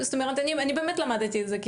אני באמת למדתי את זה,